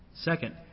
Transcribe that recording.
Second